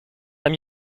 ami